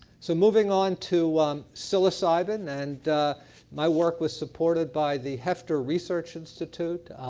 so moving on to psilocybin and my work was supported by the heffter research institute.